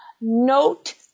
Note